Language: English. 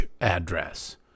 address